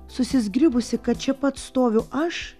susizgribusi kad čia pat stoviu aš